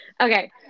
Okay